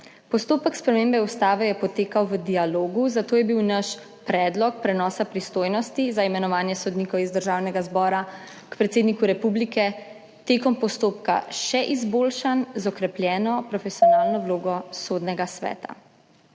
Postopek spremembe ustave je potekal v dialogu, zato je bil naš predlog prenosa pristojnosti za imenovanje sodnikov iz Državnega zbora k predsedniku republike med postopkom še izboljšan z okrepljeno profesionalno vlogo Sodnega sveta.